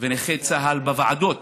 ונכי צה"ל בוועדות